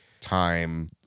time